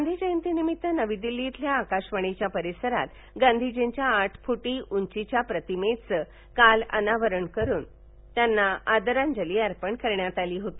गांधी जयंतीनिमित्त नवी दिल्ली इथल्या आकाशवाणीच्या परीसरात गांधीजींच्या आठ फु उंचीच्या प्रतिमेचं काल अनावरण करून त्यांना आदरांजली अर्पण करण्यात आली होती